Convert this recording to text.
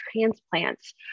transplants